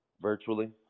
Virtually